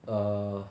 err